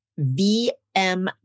VM